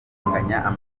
amanota